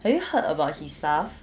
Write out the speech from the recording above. have you heard about his stuff